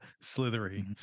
slithery